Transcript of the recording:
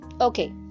Okay